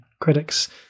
critics